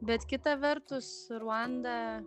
bet kita vertus ruanda